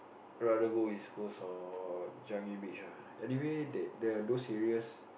rather go East Coast or Changi Beach ah anyway that the those areas